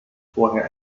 vorher